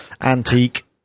antique